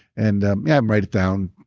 and yeah write it down,